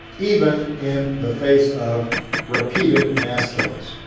even in the face of repeated mass killings.